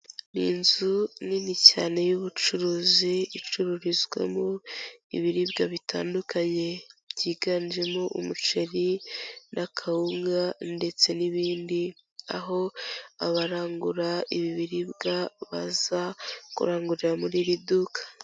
Ni inzu nini cyane y'ubucuruzi, icururizwamo ibiribwa bitandukanye byiganjemo umuceri n'akawunga ndetse n'ibindi, aho abarangura ibi biribwa baza kurangurira muri iri duka.